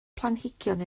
planhigion